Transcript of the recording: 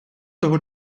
того